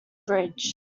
bridge